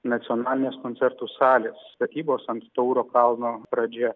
nacionalinės koncertų salės statybos ant tauro kalno pradžia